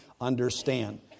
understand